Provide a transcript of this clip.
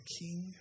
king